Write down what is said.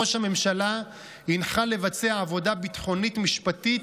ראש הממשלה הנחה לבצע עבודה ביטחונית, משפטית,